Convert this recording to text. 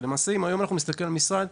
אם נסתכל היום על משרד,